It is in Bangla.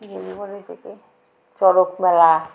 থেকে চড়ক মেলা